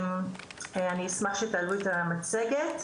אני אשמח שתעלו את המצגת.